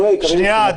שיהיו.